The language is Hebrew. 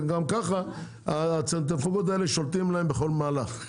גם ככה הקונצרנים האלה שולטים בכל מהלך,